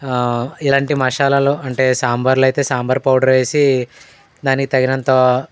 ఇలాంటి మసాలాలు అంటే సాంబార్లో అయితే సాంబార్ పౌడరేసి దానికి తగినంత